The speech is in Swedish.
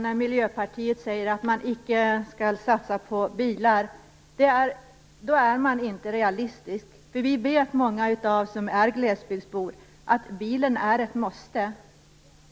När Miljöpartiet säger att vi icke skall satsa på bilar är man inte realistisk. Många av oss som är glesbygdsbor vet att bilen är ett måste.